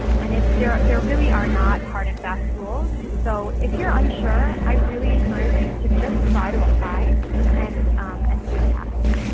and there there really are not hard and fast rules. so if you're unsure, i really encourage you to just try to apply and and see what happens.